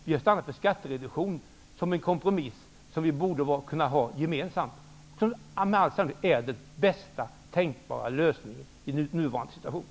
Vi har stannat vid skattereduktion som en kompromiss som vi borde kunna ha gemensamt och som med all sannolikhet är den bästa tänkbara lösningen i nuvarande situation.